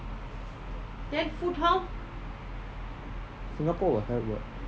singapore will help [what]